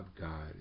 god